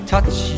Touch